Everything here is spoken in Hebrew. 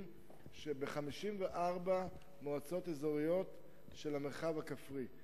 ב-54 מועצות אזוריות של המרחב הכפרי.